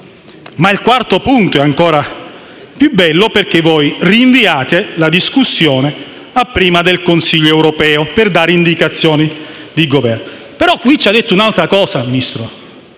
fa? Il quarto impegno è ancora più bello perché rinviate la discussione a prima del Consiglio europeo per dare indicazioni di Governo. Però, lei, Ministro, ci ha detto un'altra cosa ben